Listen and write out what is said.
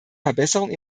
verbesserung